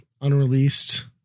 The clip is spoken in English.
unreleased